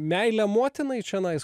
meilę motinai čianais